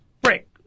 break